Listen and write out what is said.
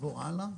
נעבור הלאה.